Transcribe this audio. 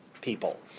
people